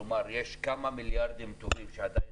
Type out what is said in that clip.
כלומר יש כמה מיליארדים טובים שעדיין